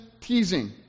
teasing